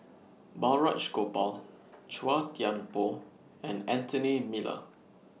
Balraj Gopal Chua Thian Poh and Anthony Miller